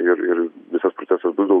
ir ir visas procesas bus daug